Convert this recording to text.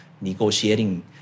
negotiating